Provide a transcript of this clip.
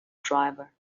driver